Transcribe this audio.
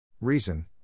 Reason